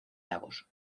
lagos